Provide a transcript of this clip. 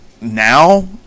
now